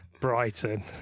Brighton